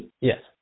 yes